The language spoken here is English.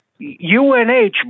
UNH